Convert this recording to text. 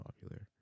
popular